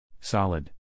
Solid